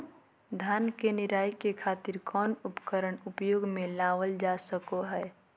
धान के निराई के खातिर कौन उपकरण उपयोग मे लावल जा सको हय?